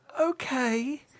Okay